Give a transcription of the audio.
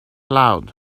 loud